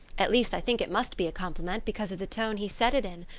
at least i think it must be a compliment because of the tone he said it in.